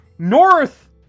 North